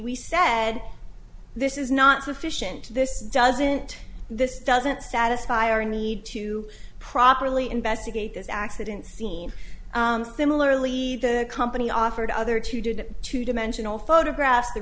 we said this is not sufficient this doesn't this doesn't satisfy our need to properly investigate this accident scene similarly the company offered other to do the two dimensional photographs the